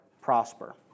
prosper